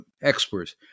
experts